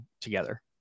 together